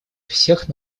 всех